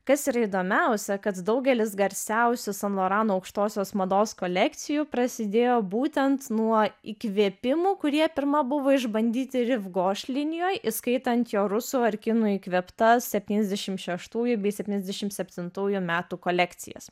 kas yra įdomiausia kad daugelis garsiausių san lorano aukštosios mados kolekcijų prasidėjo būtent nuo įkvėpimų kurie pirma buvo išbandyti riv goš linijoj įskaitant jo rusų ar kinų įkvėptas septyniasdešim šeštųjų bei septyniasdešim septintųjų metų kolekcijas